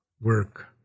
work